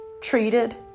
treated